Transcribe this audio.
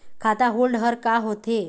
खाता होल्ड हर का होथे?